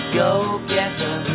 go-getter